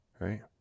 Right